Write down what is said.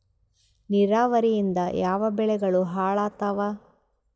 ನಿರಾವರಿಯಿಂದ ಯಾವ ಬೆಳೆಗಳು ಹಾಳಾತ್ತಾವ?